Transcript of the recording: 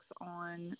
on